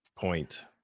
point